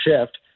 shift